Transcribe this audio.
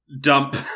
dump